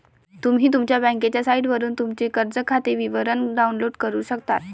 तुम्ही तुमच्या बँकेच्या साइटवरून तुमचे कर्ज खाते विवरण डाउनलोड करू शकता